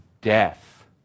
Death